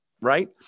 right